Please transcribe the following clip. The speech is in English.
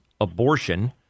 abortion